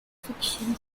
fiction